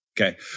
Okay